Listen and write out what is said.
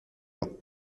gens